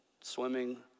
swimming